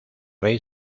rey